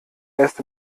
erst